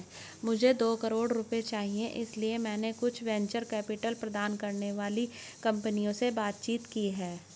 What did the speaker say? मुझे दो करोड़ रुपए चाहिए इसलिए मैंने कुछ वेंचर कैपिटल प्रदान करने वाली कंपनियों से बातचीत की है